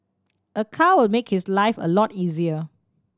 a car will make his life a lot easier